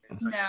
no